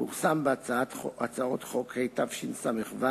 פורסם בהצעות חוק התשס"ו,